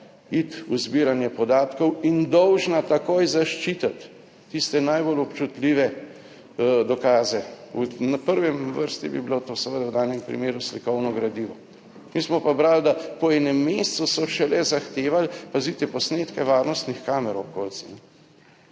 iti v zbiranje podatkov in dolžna takoj zaščititi tiste najbolj občutljive dokaze. Na prvi vrsti bi bilo to seveda v danem primeru slikovno gradivo. Mi smo pa brali, da po enem mesecu so šele zahtevali, pazite, posnetke varnostnih kamer v okolici.